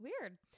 Weird